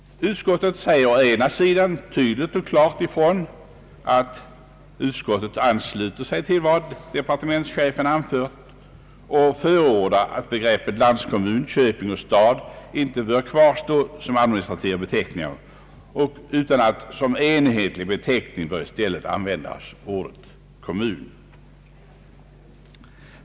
Utskottet säger å ena sidan tydligt och klart ifrån att det ansluter sig till vad departementschefen anfört och förordar att begreppen landskommun, köping och stad inte bör kvarstå som administrativa beteckningar utan att som enhetlig beteckning bör användas ordet kommun.